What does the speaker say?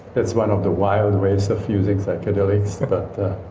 that's one of the wild ways of using psychedelics.